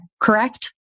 correct